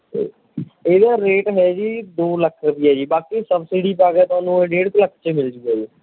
ਇਹ ਇਹਦਾ ਰੇਟ ਹੈ ਜੀ ਦੋ ਲੱਖ ਰੁਪਇਆ ਜੀ ਬਾਕੀ ਸਬਸੀਡੀ ਪਾ ਕੇ ਤੁਹਾਨੂੰ ਡੇਢ ਕੁ ਲੱਖ 'ਚ ਮਿਲ ਜੂਗਾ ਜੀ